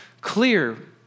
clear